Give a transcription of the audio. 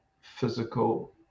physical